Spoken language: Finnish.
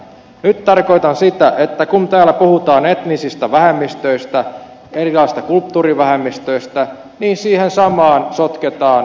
nyt tarkoitan sitä että kun täällä puhutaan etnisistä vähemmistöistä erilaisista kulttuurivähemmistöistä niin siihen samaan sotketaan vammaiset